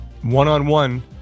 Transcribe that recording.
one-on-one